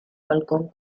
balcón